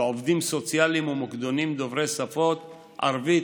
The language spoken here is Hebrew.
ועובדים סוציאליים ומוקדנים דוברי שפות ערבית,